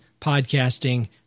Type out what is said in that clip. podcasting